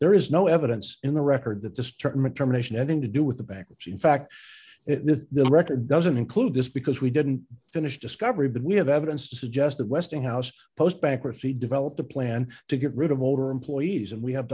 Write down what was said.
there is no evidence in the record that this term a termination anything to do with the bankruptcy in fact the record doesn't include this because we didn't finish discovery but we have evidence to suggest that westinghouse post bankruptcy developed a plan to get rid of older employees and we have